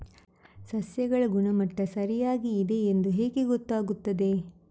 ಸಸ್ಯಗಳ ಗುಣಮಟ್ಟ ಸರಿಯಾಗಿ ಇದೆ ಎಂದು ಹೇಗೆ ಗೊತ್ತು ಆಗುತ್ತದೆ?